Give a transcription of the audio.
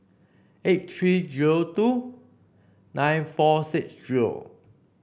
eight three zero two nine four six zero